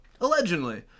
allegedly